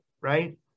right